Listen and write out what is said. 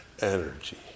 energy